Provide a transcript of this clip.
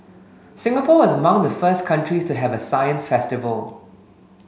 Singapore was among the first countries to have a science festival